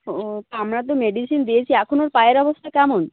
ও আমরা তো মেডিসিন দিয়েছি এখন ওর পায়ের অবস্থা কেমন